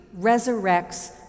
resurrects